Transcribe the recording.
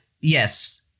yes